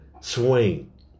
swing